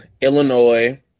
Illinois